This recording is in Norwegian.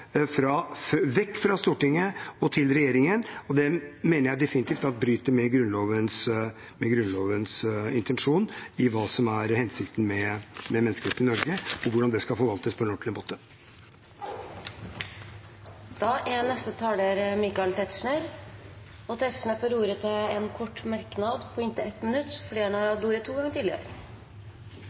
vekk fra Stortinget og til regjeringen. Det mener jeg definitivt at bryter med Grunnlovens intensjon med hva som er hensikten med menneskerettigheter i Norge, og hvordan de skal forvaltes på en ordentlig måte. Representanten Michael Tetzschner har hatt ordet to ganger tidligere og får ordet til en kort merknad, begrenset til inntil 1 minutt.